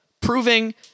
Proving